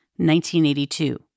1982